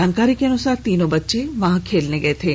जानकारी के अनुसार तीनों बच्चे वहां खेलने गये थे